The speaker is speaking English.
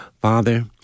Father